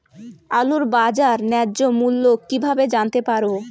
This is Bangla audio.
আলুর বাজার ন্যায্য মূল্য কিভাবে জানতে পারবো?